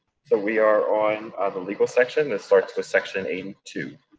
so, we are on ah the legal section. this starts with section eighty two.